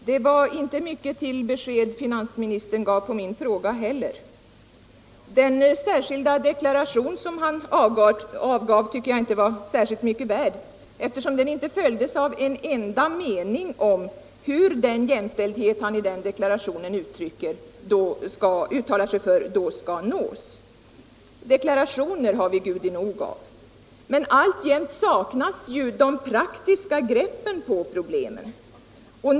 Herr talman! Det var inte mycket till besked som finansministern gav på min fråga heller. Den särskilda deklaration som finansministern avgav tycker jag inte var särskilt mycket värd, eftersom den inte följdes av en enda mening om hur den jämställdhet som finansministern i deklarationen uttalade sig för skall uppnås. Deklarationer har vi Gudi nog av, men alltjämt saknas de praktiska greppen på problemen.